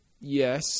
yes